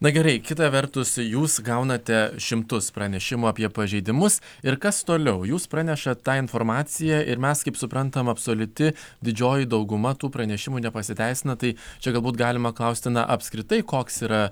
na gerai kita vertus jūs gaunate šimtus pranešimų apie pažeidimus ir kas toliau jūs pranešat tą informaciją ir mes kaip suprantam absoliuti didžioji dauguma tų pranešimų nepasiteisina tai čia galbūt galima klausti na apskritai koks yra